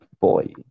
boy